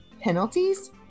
penalties